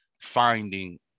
finding